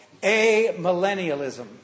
amillennialism